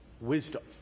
wisdom